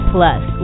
Plus